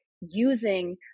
using